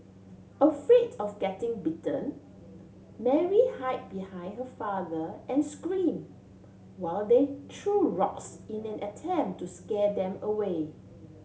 afraid of getting bitten Mary hide behind her father and scream while they threw rocks in an attempt to scare them away